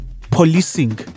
policing